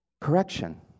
Correction